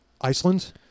Iceland